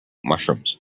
mushrooms